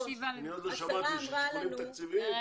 עוד לא שמעתי ששיקולים תקציביים מונעים עלייה.